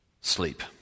sleep